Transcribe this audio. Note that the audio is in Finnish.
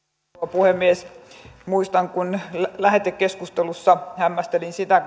puhemies muistan kun lähetekeskustelussa hämmästelin sitä